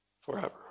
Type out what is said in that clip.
forever